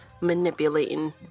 Manipulating